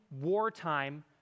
wartime